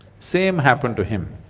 same happened to him.